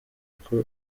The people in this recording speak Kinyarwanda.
uko